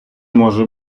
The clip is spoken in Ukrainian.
може